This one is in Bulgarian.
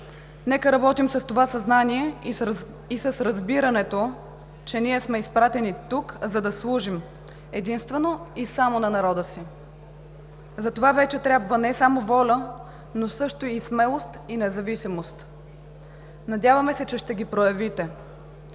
Нека работим с това съзнание и с разбирането, че ние сме изпратени тук, за да служим единствено и само на народа си. Затова вече трябва не само воля, но също и смелост, и независимост – надяваме се, че ще ги проявите.